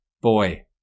Boy